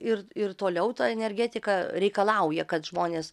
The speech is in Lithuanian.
ir ir toliau ta energetika reikalauja kad žmonės